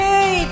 Hey